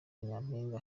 nyampinga